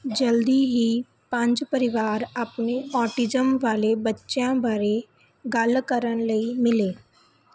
ਜਲਦੀ ਹੀ ਪੰਜ ਪਰਿਵਾਰ ਆਪਣੇ ਔਟੀਜ਼ਮ ਵਾਲੇ ਬੱਚਿਆਂ ਬਾਰੇ ਗੱਲ ਕਰਨ ਲਈ ਮਿਲੇ